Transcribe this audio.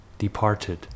Departed